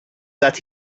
that